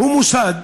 הוא מוסד